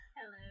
hello